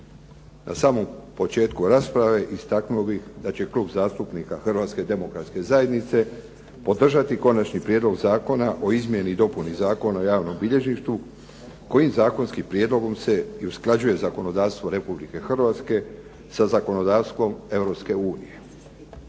Na samom početku rasprave istaknuo bih da će Klub zastupnika Hrvatske Demokratske Zajednice podržati Konačni prijedlog zakona o Izmjeni i dopuni Zakona o javnom bilježništvu kojim zakonskom prijedlogom se i usklađuje zakonodavstvo Republike Hrvatske sa zakonodavstvom